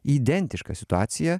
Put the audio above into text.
identišką situaciją